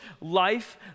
life